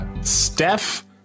Steph